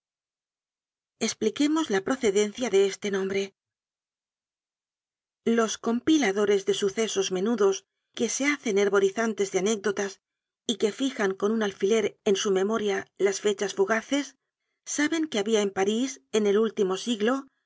espliquemos la procedencia de este nombre los compiladores de sucesos menudos que se hacen herborizantes dé anécdotas y que fijan con un alfiler en su memoria las fechas fugaces saben que habia en parís en el último siglo